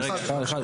לא, אחד.